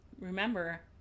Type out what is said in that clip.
Remember